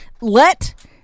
Let